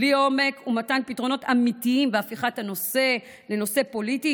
בלי עומק ומתן פתרונות אמיתיים והפיכת הנושא לנושא פוליטי,